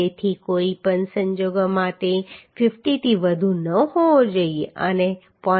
તેથી કોઈ પણ સંજોગોમાં તે 50 થી વધુ ન હોવો જોઈએ અને તે 0